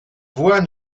voix